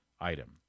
item